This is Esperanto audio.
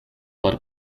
por